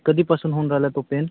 कधीपासून होऊन राहिला तो पेन